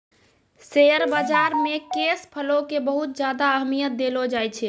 share बाजार मे cash flow के बहुत ज्यादा अहमियत देलो जाए छै